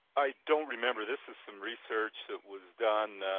i don't remember. this is some research that was done